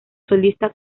solista